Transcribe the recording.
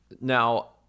Now